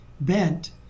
bent